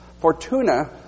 Fortuna